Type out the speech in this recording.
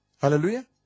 hallelujah